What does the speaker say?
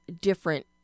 different